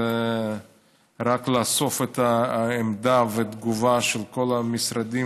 רק לאסוף את העמדה והתגובה של כל המשרדים